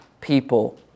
people